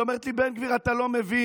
היא אומרת לי: בן גביר, אתה לא מבין,